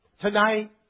tonight